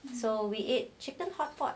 so we ate chicken hotpot